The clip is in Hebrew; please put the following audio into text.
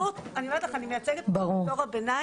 אני אומרת לך, אני מייצגת פה את דור הביניים.